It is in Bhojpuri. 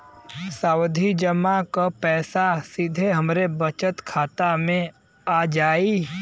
सावधि जमा क पैसा सीधे हमरे बचत खाता मे आ जाई?